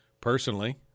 personally